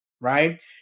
right